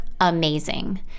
amazing